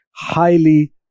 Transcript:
highly